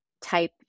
type